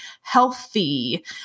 healthy